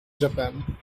japan